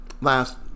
last